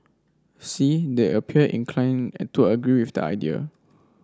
see they appear inclined to agree with the idea